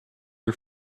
her